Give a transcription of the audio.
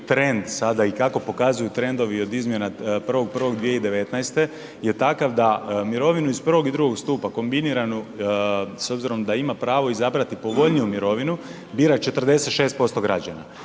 trend sada i kako pokazuju trendovi od izmjena 1.1.2019. je takav da mirovinu iz I. i II. stupa kombiniranu s obzirom da ima pravo izabrati povoljniju mirovinu, bira 46% građana.